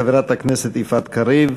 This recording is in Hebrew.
אבקש מחברת הכנסת יפעת קריב,